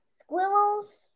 squirrels